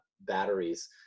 batteries